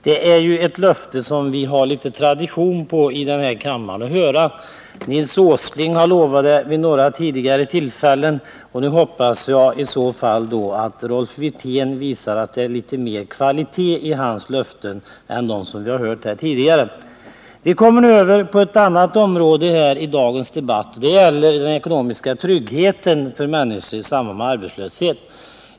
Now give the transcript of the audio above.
Det har blivit något av tradition här i kammaren att ta del av sådana löften. Vi har tidigare fått dem av Nils Åsling, och nu hoppas jag att Rolf Wirtén visar att det är litet mera tyngd bakom hans löften än det varit i dem vi hört tidigare. Vi kommer nu över på ett annat område i dagens debatt. Det gäller den ekonomiska tryggheten för människor i samband med arbetslöshet.